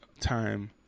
time